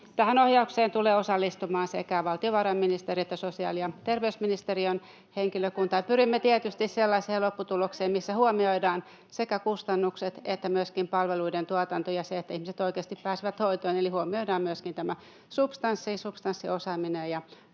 Tähän ohjaukseen tulee osallistumaan sekä valtiovarainministeriön että sosiaali- ja terveysministeriön henkilökuntaa, ja pyrimme tietysti sellaiseen lopputulokseen, missä huomioidaan sekä kustannukset että myöskin palveluiden tuotanto ja se, että ihmiset oikeasti pääsevät hoitoon, eli huomioidaan myöskin substanssiosaaminen